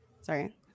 sorry